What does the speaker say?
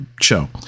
show